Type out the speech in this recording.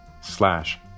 slash